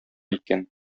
икән